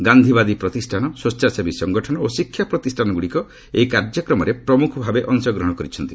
ଗାନ୍ଧିବାଦୀ ପ୍ରତିଷ୍ଠାନ ସ୍ୱଚ୍ଛାସେବୀ ସଂଗଠନ ଓ ଶିକ୍ଷା ପ୍ରତିଷ୍ଠାନଗୁଡ଼ିକ ଏହି କାର୍ଯ୍ୟକ୍ରମରେ ପ୍ରମୁଖ ଭାବେ ଅଂଶଗ୍ରହଣ କରିଛନ୍ତି